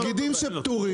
אגב, היא יכולה להיפתר עכשיו.